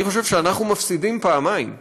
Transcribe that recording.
אני חושב שאנחנו מפסידים פעמיים: